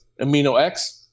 Amino-X